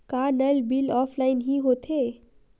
का नल bill offline हि होथे?